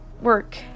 work